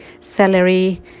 celery